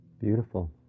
Beautiful